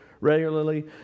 regularly